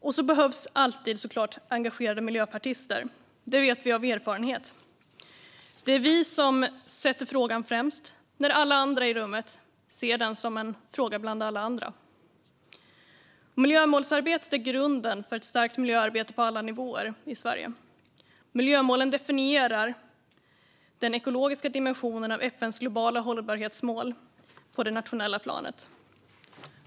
Och så behövs det alltid, såklart, engagerade miljöpartister. Det vet vi av erfarenhet. Det är vi som sätter frågan främst när alla andra i rummet ser den som en fråga bland alla andra. Miljömålsarbetet är grunden för ett starkt miljöarbete på alla nivåer i Sverige. Miljömålen definierar den ekologiska dimensionen av FN:s globala hållbarhetsmål på det nationella planet.